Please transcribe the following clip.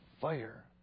fire